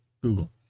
Google